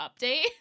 update